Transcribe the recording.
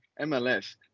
MLS